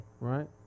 right